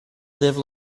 live